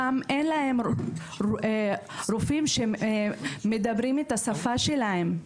שם אין להם רופאים שמדברים את השפה שלהם.